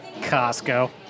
Costco